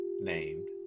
named